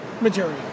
material